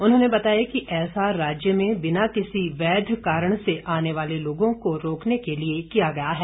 उन्होंने बताया कि ऐसा राज्य में बिना किसी वैध कारण से आने वाले लोगों को रोकने के लिए किया गया है